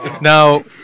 Now